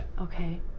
Okay